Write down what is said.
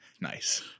Nice